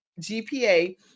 GPA